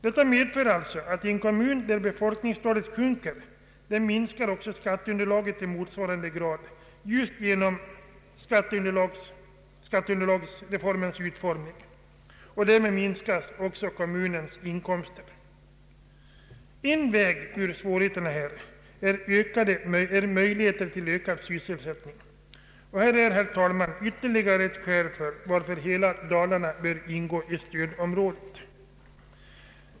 Detta medför alltså att i en kommun, där befolkningstalet sjunker, minskar också skatteunderlaget i motsvarande grad just genom skatteunder Nr 27 127 Ang. regionalpolitiken lagsreformens = utformning. Därmed minskas också kommunens inkomster. En väg ur svårigheterna är möjligheter till ökad sysselsättning. Här är, herr talman, ytterligare skäl till att hela Dalarna bör ingå i stödområdet.